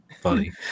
funny